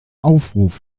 aufruf